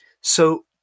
So-